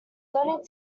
learning